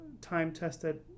time-tested